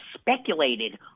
speculated